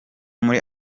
muri